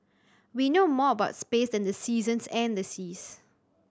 we know more about space than the seasons and the seas